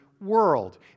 world